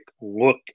look